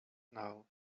now